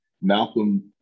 Malcolm